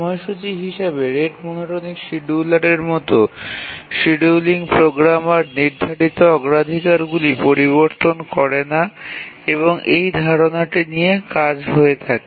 সময়সূচী হিসাবে rate monotonic শিডিয়ুলারের মতো শিডিউলিং প্রোগ্রামার নির্ধারিত অগ্রাধিকারগুলি পরিবর্তন করে না এবং এই ধারণাটি নিয়ে কাজ হয়ে থাকে